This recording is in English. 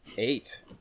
Eight